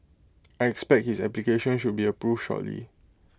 I expect his application should be approved shortly